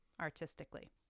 artistically